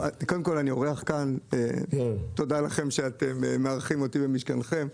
אני אורח כאן ותודה לכם שאתם מארחים אותי במשכנכם.